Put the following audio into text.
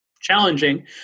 challenging